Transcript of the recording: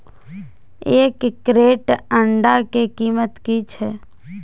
एक क्रेट अंडा के कीमत की छै?